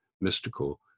mystical